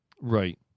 Right